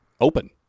open